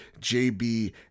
JB